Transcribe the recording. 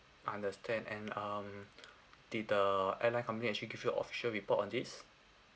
understand and um did the airline company actually give you official report on this